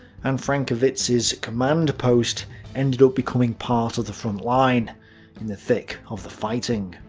and frankewitz's command post ended up becoming part of the front line in the thick of the fighting.